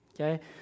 Okay